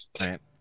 Right